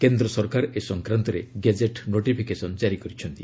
କେନ୍ଦ୍ର ସରକାର ଏ ସଂକ୍ରାନ୍ତରେ ଗେକେଟ୍ ନୋଟିଫିକେସନ୍ ଜାରି କରିଛନ୍ତି